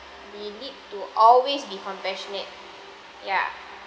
we need to always be compassionate ya